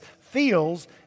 feels